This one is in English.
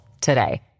today